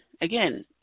again